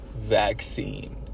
vaccine